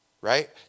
Right